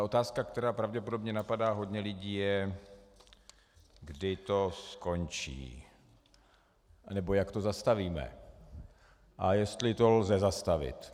Otázka, která pravděpodobně napadá hodně lidí, je, kdy to skončí, nebo jak to zastavíme a jestli to lze zastavit.